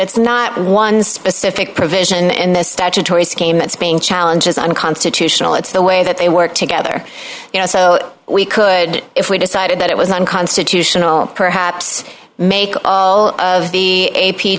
it's not one specific provision in the statutory scheme that's being challenge is unconstitutional it's the way that they work together you know so we could if we decided that it was unconstitutional perhaps make all of the